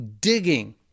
Digging